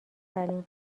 اولین